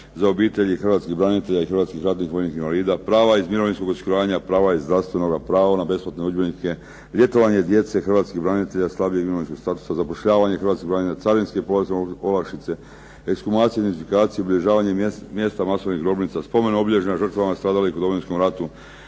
za obitelji hrvatskih branitelja i hrvatskih ratnih vojnih invalida, prava iz mirovinskog osiguranja, prava iz zdravstvenog, pravo na besplatne udžbenike, ljetovanje djece hrvatskih branitelja slabijeg imovinskog statusa, zapošljavanje hrvatskih branitelja, carinske …/Govornik se ne razumije./… olakšice, ekshumacije, identifikacije, obilježavanje mjesta masovnih grobnica, spomen obilježja žrtava stradalih u Domovinskom ratu,